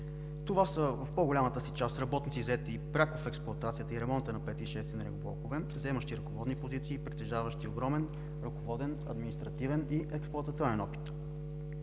Това са в по-голямата си част работници, заети пряко в експлоатацията и ремонта на V и VI енергоблокове, заемащи ръководни позиции, притежаващи огромен ръководен, административен и експлоатационен опит.